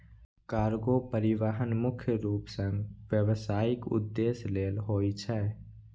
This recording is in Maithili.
कार्गो परिवहन मुख्य रूप सं व्यावसायिक उद्देश्य लेल होइ छै